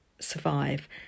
survive